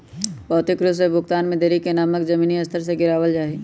भौतिक रूप से भुगतान में देरी के मानक के जमीनी स्तर से गिरावल जा हई